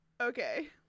Okay